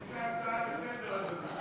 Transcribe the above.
יש לי הצעה לסדר, אדוני.